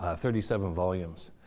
ah thirty seven volumes.